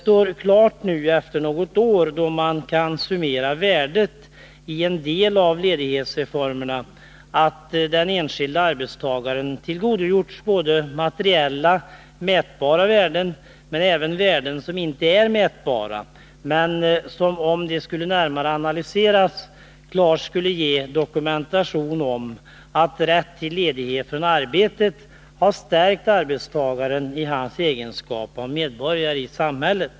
När man nu efter något år kan summera värdet av en del av ledighetsreformerna står det klart att den enskilde arbetstagaren tillgodogjorts både mätbara materiella värden och värden som inte är mätbara men som, om de närmare analyserades, klart skulle dokumentera att rätten till ledighet från arbetet stärkt arbetstagaren i hans egenskap av medborgare i samhället.